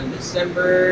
December